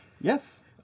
Yes